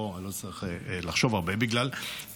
בוא, אני לא צריך לחשוב הרבה, בגלל קיזוז